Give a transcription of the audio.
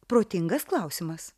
protingas klausimas